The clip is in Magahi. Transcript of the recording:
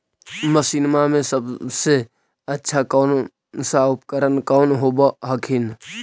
मसिनमा मे सबसे अच्छा कौन सा उपकरण कौन होब हखिन?